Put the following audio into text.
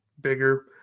bigger